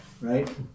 right